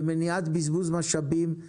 ולמניעת בזבוז משאבים,